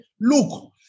look